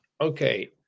okay